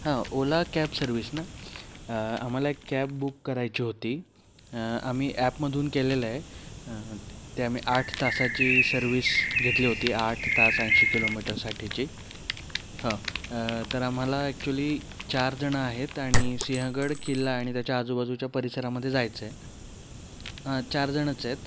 हां Ola cab service ना आम्हाला एक कॅब बुक करायची होती आम्ही ॲपमधून केलेलं आहे ते आम्ही आठ तासाची सर्विस घेतली होती आठ तास ऐंशी किलोमीटरसाठीची हा तर आम्हाला ॲक्च्युली चारजणं आहेत आणि सिंहगड किल्ला आणि त्याच्या आजूबाजूच्या परिसरामध्ये जायचं आहे चारजणंच आहेत